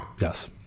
yes